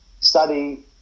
study